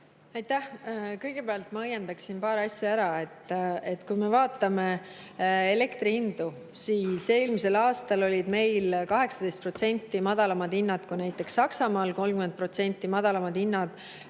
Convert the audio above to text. Aitäh! Kõigepealt ma õiendaksin paar asja ära. Kui me vaatame elektri hindu, siis [näeme, et] eelmisel aastal olid meil 18% madalamad hinnad kui näiteks Saksamaal, 30% madalamad hinnad